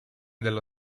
della